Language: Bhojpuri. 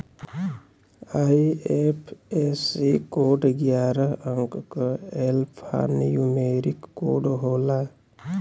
आई.एफ.एस.सी कोड ग्यारह अंक क एल्फान्यूमेरिक कोड होला